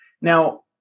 Now